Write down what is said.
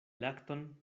lakton